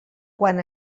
quan